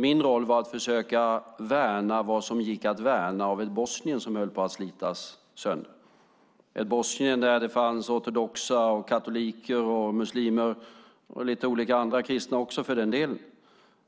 Min roll var att försöka värna vad som gick att värna av ett Bosnien som höll på att slitas sönder, ett Bosnien där det fanns ortodoxa, katoliker, muslimer, och lite olika andra kristna också för den delen,